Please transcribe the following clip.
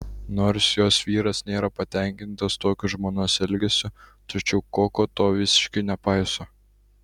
nors jos vyras nėra patenkintas tokiu žmonos elgesiu tačiau koko to visiškai nepaiso